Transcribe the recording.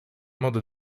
modo